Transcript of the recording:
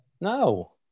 No